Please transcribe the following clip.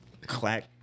clack